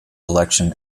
election